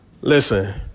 Listen